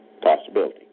Possibility